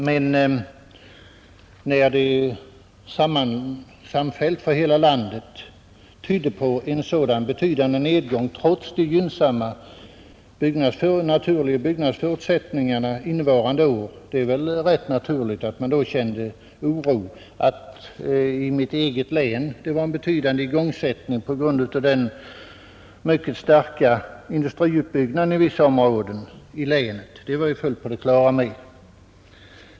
Men när statistiken för hela landet sammanlagt tyder på en så avsevärd nedgång trots de gynnsamma naturliga byggförutsättningarna innevarande år, är det väl rätt naturligt att man känner oro. Att det var en betydande igångsättning i mitt eget län på grund av den mycket stora industriuppbyggnaden i vissa områden av länet var jag fullt på det klara med.